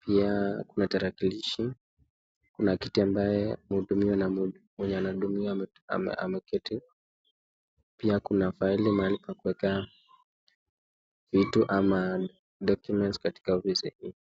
pia kuna tarakilishi, kuna kitu ambaye mwenye anahudumia ameketi, pia kuna mahali pa kuwekea vitu ama documents katika ofisi hii.